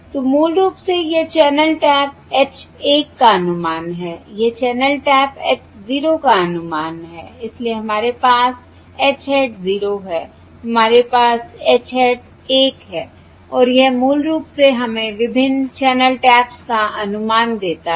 तो मूल रूप से यह चैनल टैप h 1 का अनुमान है यह चैनल टैप h 0 का अनुमान है इसलिए हमारे पास h hat 0 है हमारे पास h hat 1 है और यह मूल रूप से हमें विभिन्न चैनल टैप्स का अनुमान देता है